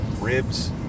Ribs